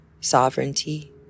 sovereignty